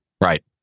right